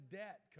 debt